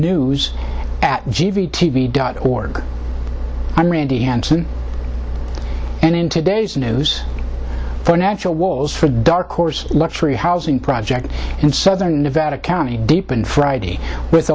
news at g v t v dot org i'm randi hanson and in today's news the natural walls for a dark horse luxury housing project in southern nevada county deep in friday with